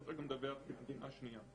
אפשר לדווח גם במדינה שנייה.